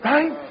Right